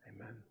Amen